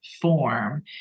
form